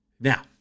Now